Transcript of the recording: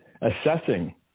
assessing